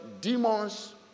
demons